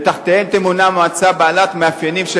ותחתיהם תמונה מועצה בעלת מאפיינים של